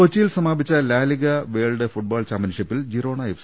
കൊച്ചിയിൽ സമാപിച്ച LaLiga world football ചാമ്പ്യൻഷിപ്പിൽ ജിറോണ എഫ്